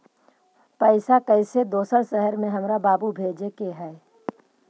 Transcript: पैसा कैसै दोसर शहर हमरा बाबू भेजे के है?